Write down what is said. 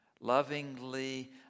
lovingly